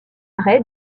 marais